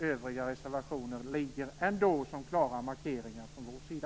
Övriga reservationer ligger ändå som klara markeringar från vår sida.